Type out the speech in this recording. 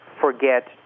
forget